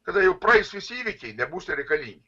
kada jau praeis visi įvykiai nebūsite reikalingi